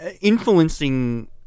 influencing